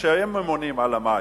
שהם ממונים על המים.